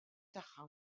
tagħha